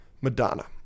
Madonna